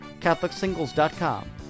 CatholicSingles.com